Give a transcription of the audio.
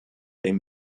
den